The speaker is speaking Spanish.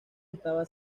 estaba